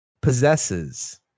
possesses